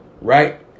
Right